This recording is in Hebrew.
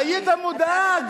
היית מודאג.